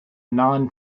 non